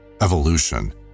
evolution